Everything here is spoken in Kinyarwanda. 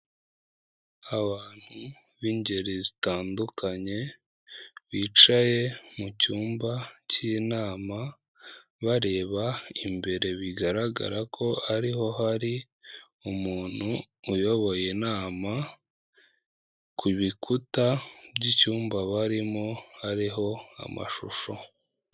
Abantu bingeri zitandukanye, bicaye mu cyumba cy'inama, bareba imbere bigaragara ko ariho hari umuntu uyoboye inama. Ku bikuta by'icyumba barimo hariho amashusho.